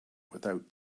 without